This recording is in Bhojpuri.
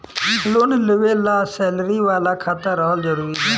लोन लेवे ला सैलरी वाला खाता रहल जरूरी बा?